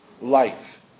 life